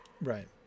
Right